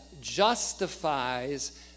justifies